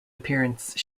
appearance